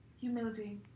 Humility